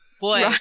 Boy